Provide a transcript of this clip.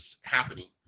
happening